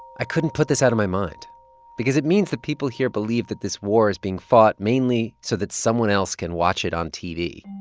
i couldn't put this out of my mind because it means that people here believe that this war is being fought mainly so that someone else can watch it on tv.